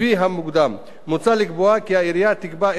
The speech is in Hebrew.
מוצע לקבוע כי העירייה תקבע את מספר חברי הוועדה